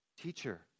Teacher